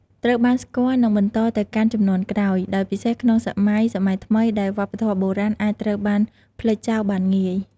ត្រូវបានស្គាល់និងបន្តទៅកាន់ជំនាន់ក្រោយ ដោយពិសេសក្នុងសម័យសម័យថ្មីដែលវប្បធម៌បុរាណអាចត្រូវបានភ្លេចចោលបានងាយ។